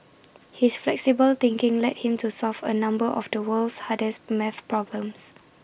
his flexible thinking led him to solve A number of the world's hardest math problems